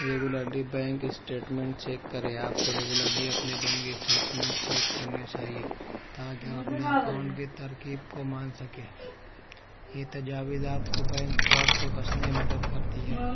regularly bank statement check کرے آپ کو ریگولرلی اپنے بینک اسٹیٹمنٹ چیک کرنے چاہیے تا کہ آپ اپنے اکاؤنٹ کی ترکیب کو مان سکے یہ تجاوز آپ کو بینک فراڈ سے بچنے میں مدد کرتی ہے